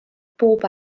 bob